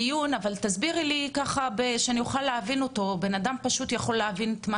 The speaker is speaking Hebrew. תסבירי בצורה שאדם פשוט יוכל להבין את מה